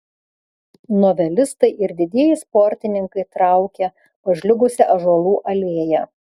novelistai ir didieji sportininkai traukė pažliugusia ąžuolų alėja